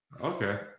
Okay